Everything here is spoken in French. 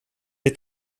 est